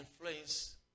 influence